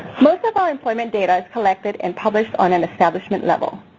most of our employment data is collected and published on an establishment level.